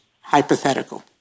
hypothetical